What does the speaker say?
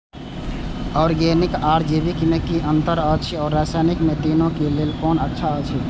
Organic आर जैविक में कि अंतर अछि व रसायनिक में तीनो क लेल कोन अच्छा अछि?